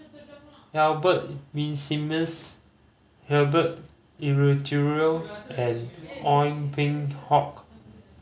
Albert Winsemius Herbert Eleuterio and Ong Peng Hock